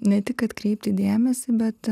ne tik atkreipti dėmesį bet